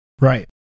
Right